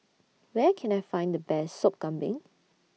Where Can I Find The Best Sop Kambing